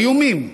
איומים,